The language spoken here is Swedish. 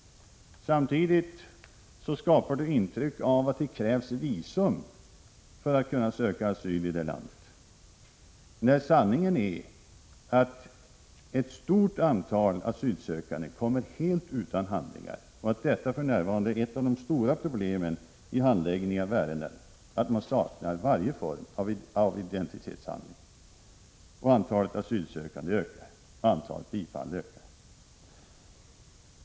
Samtidigt skapar han intryck av att det krävs visum för att söka asyl i vårt land — när sanningen är den att ett stort antal asylsökande kommer helt utan handlingar och att detta för närvarande är ett av de stora problemen vid handläggningen av ärendena. Och antalet asylsökande ökar. Antalet bifall ökar.